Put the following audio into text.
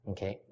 Okay